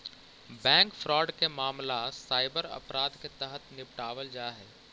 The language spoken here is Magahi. बैंक फ्रॉड के मामला साइबर अपराध के तहत निपटावल जा हइ